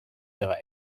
ihre